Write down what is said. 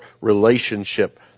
relationship